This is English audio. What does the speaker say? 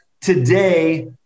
today